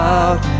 out